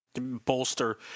bolster